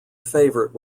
favourite